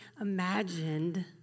imagined